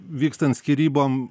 vykstant skyrybom